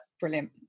Brilliant